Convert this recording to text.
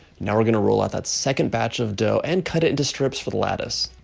now we're gonna rule out that second batch of dough and cut it into strips for the lattice.